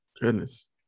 Goodness